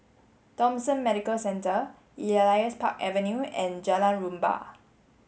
Thomson Medical Centre Elias Park Avenue and Jalan Rumbia